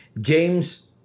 James